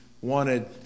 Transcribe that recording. wanted